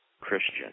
Christian